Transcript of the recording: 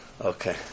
Okay